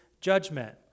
judgment